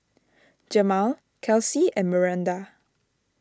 Jemal Kelcie and Miranda